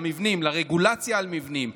למבנים, לרגולציה על מבנים?